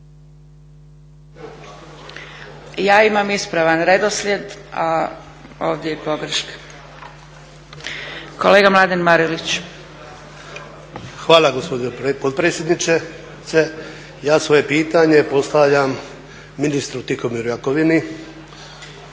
Ja imam ispravan redoslijed, a ovdje je pogreška. Kolega Mladen Marelić. **Marelić, Mladen (SDP)** Hvala gospođo potpredsjednice. Ja svoje pitanje postavljam ministru Tihomiru Jakovini.